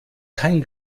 kein